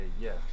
yes